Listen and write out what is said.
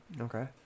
Okay